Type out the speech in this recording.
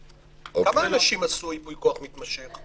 כמה אנשים עשו ייפוי כוח מתמשך?